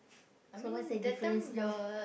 so what's that difference now